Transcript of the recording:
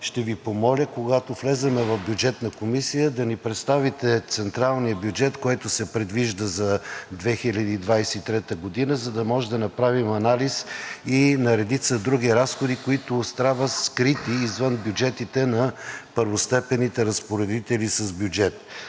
ще Ви помоля, когато влезем в Бюджетната комисия, да ни представите централния бюджет, който се предвижда за 2023 г., за да можем да направим анализ и на редица други разходи, които остават скрити извън бюджетите на първостепенните разпоредители с бюджет.